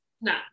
No